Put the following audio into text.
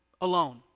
alone